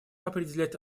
определять